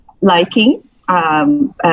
liking